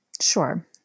Sure